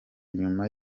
nyuma